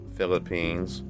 Philippines